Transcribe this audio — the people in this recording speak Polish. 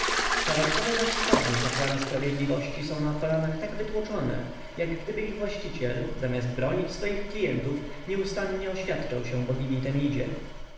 szaraczkowe zaś spodnie kapłana sprawiedliwości są na kolanach tak wytłoczone jak gdyby ich właściciel zamiast bronić swoich klientów nieustannie oświadczał się bogini temidzie